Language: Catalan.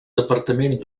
departament